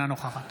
אינה נוכחת